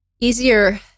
easier